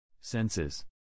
senses